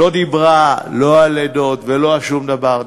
לא דיברה לא על לידות ולא על שום דבר,